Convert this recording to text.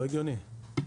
לא הגיוני.